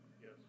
Yes